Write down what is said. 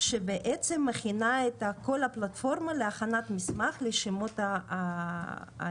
שבעצם מכינה את כל הפלטפורמה להכנת מסמך לשמות המקומות.